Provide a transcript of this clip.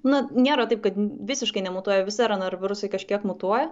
na nėra taip kad visiškai nemutuoja visi rnr virusai kažkiek mutuoja